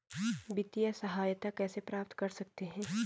वित्तिय सहायता कैसे प्राप्त कर सकते हैं?